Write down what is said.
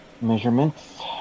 measurements